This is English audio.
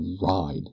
ride